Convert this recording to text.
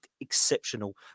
exceptional